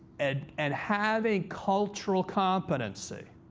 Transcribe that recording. and and have a cultural competency.